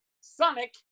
Sonic